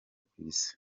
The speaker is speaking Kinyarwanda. kw’isi